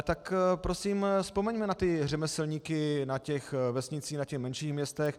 Tak prosím vzpomeňme na ty řemeslníky na těch vesnicích, v těch menších městech.